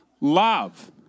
love